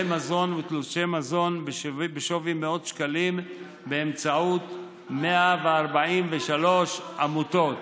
מזון ותלושי מזון בשווי מאות שקלים באמצעות 143 עמותות.